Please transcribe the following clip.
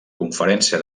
conferència